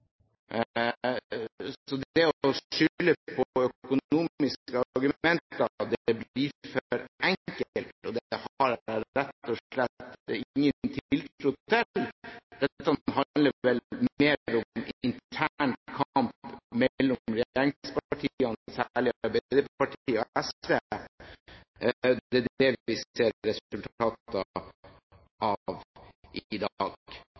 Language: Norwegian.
Så det å skylde på økonomiske forhold blir for enkelt. Det har jeg rett og slett ingen tiltro til. Dette handler vel mer om intern kamp mellom regjeringspartiene, særlig Arbeiderpartiet og SV. Det er det vi ser resultatet av i dag.